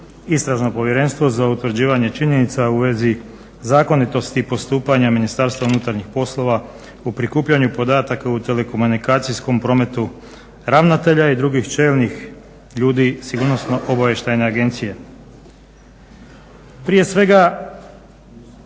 istražno povjerenstvo za utvrđivanje činjenica u vezi zakonitosti i postupanja MUP-a u prikupljanju podataka u telekomunikacijskom prometu ravnatelja i drugih čelnih ljudi Sigurnosno-obavještajne agencije. Prije svega